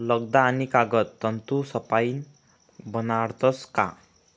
लगदा आणि कागद तंतूसपाईन बनाडतस का